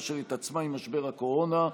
אשר התעצמה עם משבר הקורונה.